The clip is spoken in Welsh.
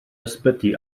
ysbyty